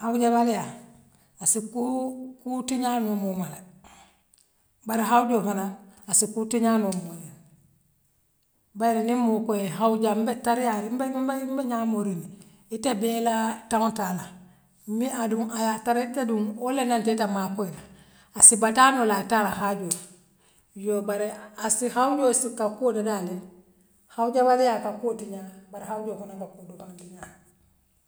Hawňelaliyaa asse kuuo kuu tiňaa moo mala bare hawdioo fanaŋ assi kuu tiňaale moo yaa bare niŋ moo koyee hawdia mbe tariariŋ mbe mbe n'ňaa murundi ite bee ilaa tanŋool taal me adum ayaa tara ite dum wool le ňata ite maakoy assi bataa loola aye taa ala haajoo la yoo bare assi hawujoo issi ka kuwo dadaale hawjabaliyaa ka kuwoo tiňaa bare hawjoo fanaŋ kaa kuu doo tiňaale.